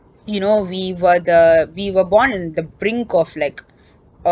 you know we were the we were born in the brink of like